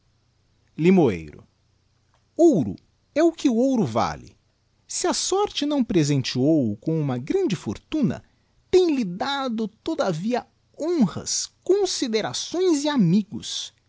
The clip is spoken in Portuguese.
limoeiro ouro é o que ouro vale se a sorte não presenteou o com uma grande fortuna tem-lhe dado todavia honras considerações e amigos